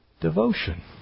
devotion